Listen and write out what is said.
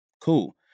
Cool